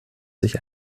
sich